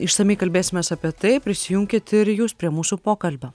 išsamiai kalbėsimės apie tai prisijunkit ir jūs prie mūsų pokalbio